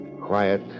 Quiet